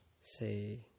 say